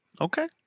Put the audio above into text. Okay